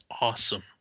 awesome